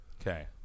Okay